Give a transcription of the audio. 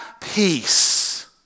peace